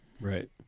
Right